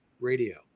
Radio